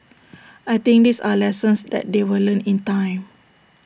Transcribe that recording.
I think these are lessons that they will learn in time